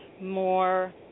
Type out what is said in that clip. more